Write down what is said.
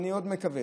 ואני עוד מקווה,